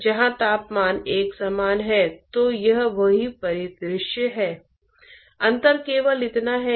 और बाहर जो कुछ भी हो रहा है क्योंकि वह घुमावदार सतह क्षेत्र में बह रहा है